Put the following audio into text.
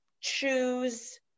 choose